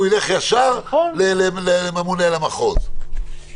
הוא ילך ישר לממונה על המחוז.